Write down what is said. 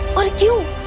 are you